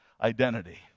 identity